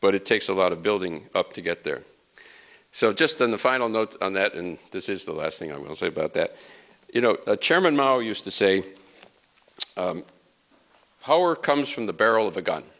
but it takes a lot of building up to get there so just on the final note on that and this is the last thing i will say about that you know chairman mao used to say power comes from the barrel of a gun